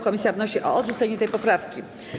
Komisja wnosi o odrzucenie tej poprawki.